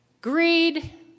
greed